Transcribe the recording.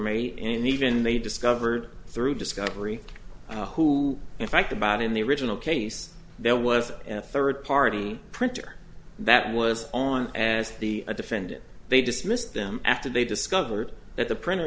made and even they discovered through discovery who if i could about in the original case there was a third party printer that was on as the defendant they dismissed them after they discovered that the printer